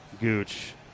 Gooch